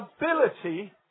ability